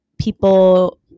people